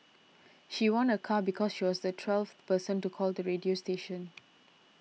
she won a car because she was the twelfth person to call the radio station